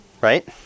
Right